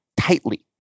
tightly